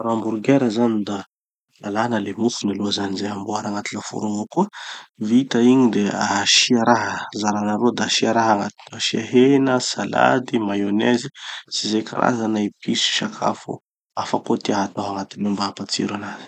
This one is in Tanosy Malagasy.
Raha hamburgers zany da alàna le mofo mialoha zany zay amboary agnaty laforo avao koa. Vita igny de asia raha, zarana roa da asia raha agnatiny ao. Asia hena, salade, mayonnaise, sy ze karazana epices sy sakafo hafa koa tià hatao agnatiny ao mba hampatsiro anazy.